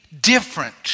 different